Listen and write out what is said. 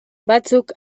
batzuk